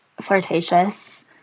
flirtatious